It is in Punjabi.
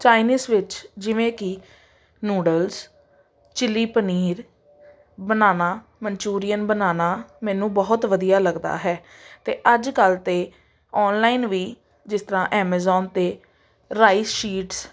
ਚਾਈਨੀਜ਼ ਵਿੱਚ ਜਿਵੇਂ ਕਿ ਨੂਡਲਸ ਚਿਲੀ ਪਨੀਰ ਬਣਾਉਣਾ ਮਨਚੂਰੀਅਨ ਬਣਾਉਣਾ ਮੈਨੂੰ ਬਹੁਤ ਵਧੀਆ ਲੱਗਦਾ ਹੈ ਅਤੇ ਅੱਜ ਕੱਲ੍ਹ ਤਾਂ ਔਨਲਾਈਨ ਵੀ ਜਿਸ ਤਰ੍ਹਾਂ ਐਮਾਜ਼ੋਨ 'ਤੇ ਰਾਈ ਸ਼ੀਟਸ